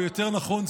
או יותר נכון,